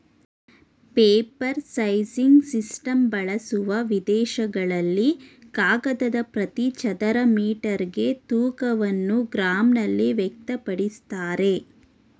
paper sizing system ಬಳಸುವ ಪ್ರದೇಶಗಳಲ್ಲಿ ಕಾಗದದ ಪ್ರತಿ ಚದರ ಮೀಟರ್ಗೆ ತೂಕವನ್ನು ಗ್ರಾಂನಲ್ಲಿ ವ್ಯಕ್ತಪಡಿಸ್ತಾರೆ